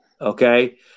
Okay